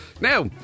Now